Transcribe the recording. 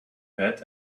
pad